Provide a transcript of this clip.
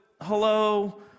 Hello